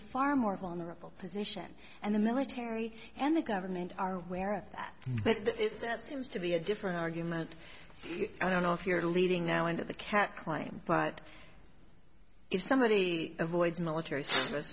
far more vulnerable position and the military and the government are aware of that but if that seems to be a different argument i don't know if you're leading now into the cat crime but if somebody avoids military s